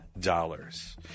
dollars